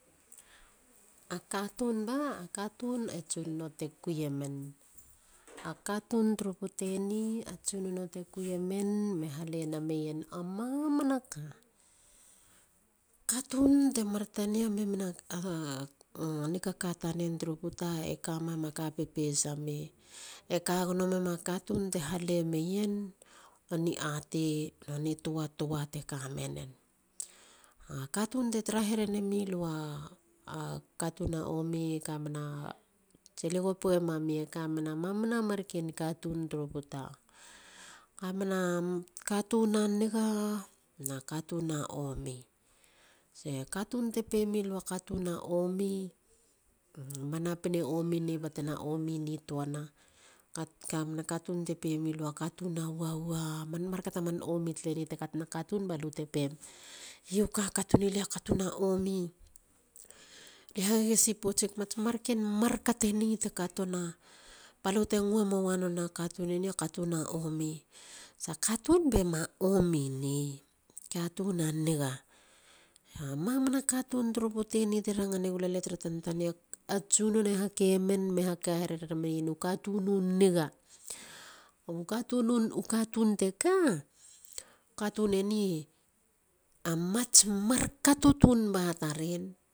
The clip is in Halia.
A katun a tsunono te kuiemen e kuiemen be gale namen a manaka. Katun te mar tania memen a nikaka tanen turu puta e kama. ma ka pepesamei. e ka gogomema katun te hale meyen a niatei a notoatoa te kamenen. A katun te tara herenemilu a katun a omi ma napin omi ne. batena na omi nitoana. kattun bena omi ne. katun a niga. mamana katun turu puteni turu tantania. a tsunone hakemen be haka harere nameien u katun u niga. kabu katun te ka. a mats markato tun ba taren.